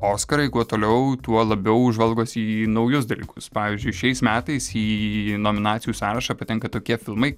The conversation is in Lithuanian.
oskarai kuo toliau tuo labiau žvalgosi į naujus dalykus pavyzdžiui šiais metais į nominacijų sąrašą patenka tokie filmai